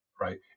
right